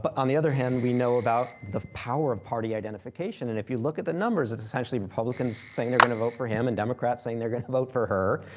but on the other hand, we know about the power of party identification. and if you look at the numbers, it's essentially republicans saying they're gonna vote for him and democrats saying they're gonna vote fore her.